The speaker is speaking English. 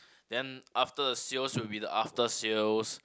then after the sales will be the after sales